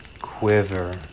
quiver